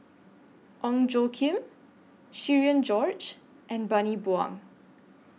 Ong Tjoe Kim Cherian George and Bani Buang